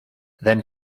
then